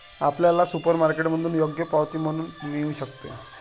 आपल्याला सुपरमार्केटमधून योग्य पावती पण मिळू शकते